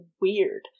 weird